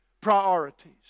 priorities